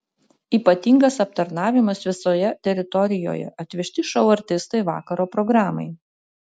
ypatingas aptarnavimas visoje teritorijoje atvežti šou artistai vakaro programai